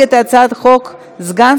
אתם אומרים כספים,